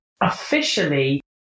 officially